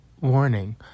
Warning